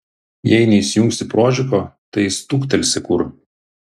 jei neįsijungsi prožiko tai stuktelsi kur